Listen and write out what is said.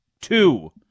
Two